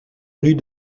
rue